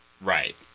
Right